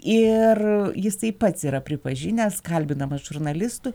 ir jisai pats yra pripažinęs kalbinamas žurnalistų